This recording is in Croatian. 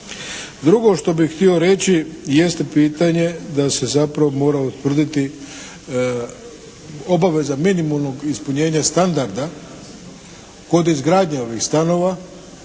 Drugo što bih htio reći jeste pitanje da se zapravo mora utvrditi obaveza minimalnog ispunjenja standarda kod izgradnje ovih stanova